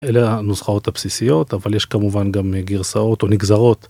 אלה הנוסחות הבסיסיות אבל יש כמובן גם גרסאות או נגזרות.